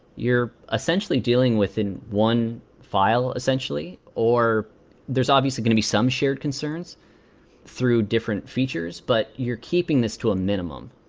you're essentially dealing within one file essentially, or there's obviously going to be some shared concerns through different features, but you're keeping this to a minimum,